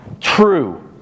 true